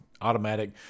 automatic